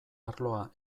arloa